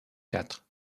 quatre